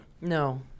No